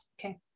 okay